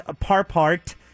parpart